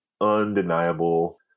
undeniable